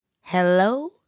Hello